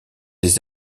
des